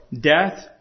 death